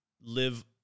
live